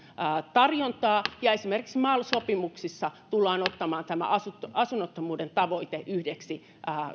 tarjontaa ja esimerkiksi mal sopimuksissa tullaan ottamaan tämä asunnottomuuden tavoite yhdeksi